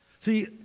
See